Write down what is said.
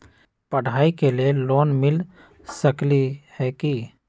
पढाई के लेल लोन मिल सकलई ह की?